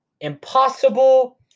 impossible